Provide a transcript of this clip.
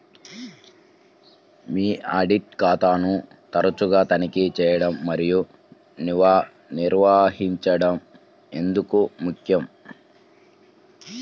మీ audit ఖాతాను తరచుగా తనిఖీ చేయడం మరియు నిర్వహించడం ఎందుకు ముఖ్యం?